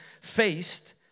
faced